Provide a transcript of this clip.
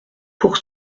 pour